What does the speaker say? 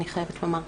אני חייבת לומר.